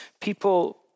people